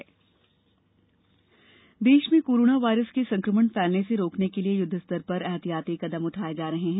परीक्षा रोक देश में कोरोना वायरस के संक्रमण फैलने से रोकने के लिए युद्वस्तर पर एहतियाती कदम उठाए जा रहे हैं